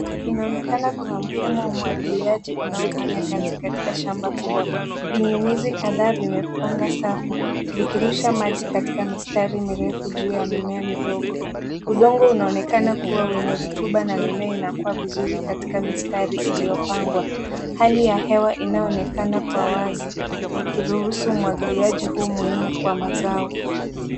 Inaonekana kuna mfumo wa umwagiliaji unaofanya kazi katika shamba kubwa. Vinyunyizi kadhaa zimepanga safu vikirusha maji katika mistari mirefu juu ya mimea midogo. Udongo unaonekana kuwa wenye rutuba na mimea inakuwa vizuri katika mistari iliyopangwa. Hali ya hewa inayoonekana kwa wazi ikiruhusu umwagiliaji huu muhimu kwa mazao.